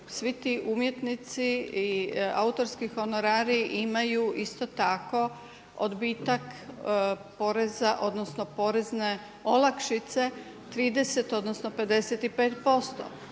svi ti umjetnici i autorski honorari imaju isto tako odbitak poreza, odnosno porezne olakšice 30 odnosno 55%.